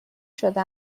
شده